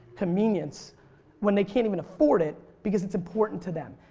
convenience when they can't even afford it because it's important to them.